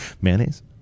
Mayonnaise